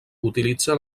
utilitza